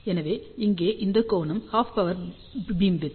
எனவே இங்கே இந்த கோணம் ஹாஃப் பவர் பீம்விட்த்